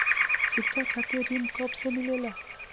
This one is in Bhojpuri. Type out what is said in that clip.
शिक्षा खातिर ऋण कब से मिलेला?